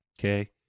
Okay